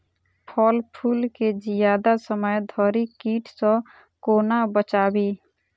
फल फुल केँ जियादा समय धरि कीट सऽ कोना बचाबी?